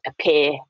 appear